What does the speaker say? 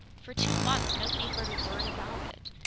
for two months nobody heard a word about it.